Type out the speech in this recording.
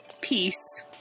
peace